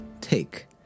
take